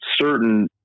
certain